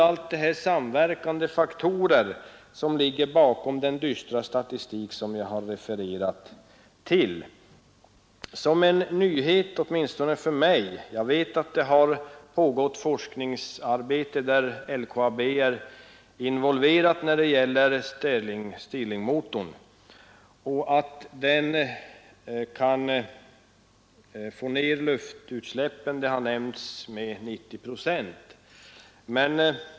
Allt detta är samverkande faktorer som ligger bakom den dystra statistik som jag har refererat till. Jag vet att LKAB är involverat i forskningsarbete kring stirlingmotorn, som kan få ned gasutsläppen med, som det nämnts, 90 procent.